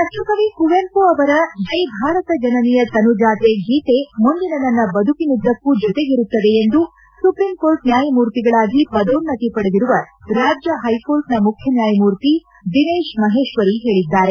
ರಾಷ್ಟಕವಿ ಕುವೆಂಪು ಅವರ ಜೈಭಾರತ ಜನನಿಯ ತನುಜಾತೆ ಗೀತೆ ಮುಂದಿನ ನನ್ನ ಬದುಕಿನುದ್ದಕ್ಕೂ ಜೊತೆಗಿರುತ್ತದೆ ಎಂದು ಸುಪ್ರೀಂಕೋರ್ಟ್ ನ್ನಾಯಮೂರ್ತಿಗಳಾಗಿ ಪದೋನ್ನತಿ ಪಡೆದಿರುವ ರಾಜ್ಯ ಹೈಕೋರ್ಟ್ನ ಮುಖ್ಯ ನ್ಲಾಯಮೂರ್ತಿ ದಿನೇಶ್ ಮಹೇಶ್ವರಿ ಹೇಳಿದ್ದಾರೆ